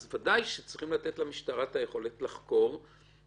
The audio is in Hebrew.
אז ודאי שצריכים לתת למשטרה את היכולת לחקור כי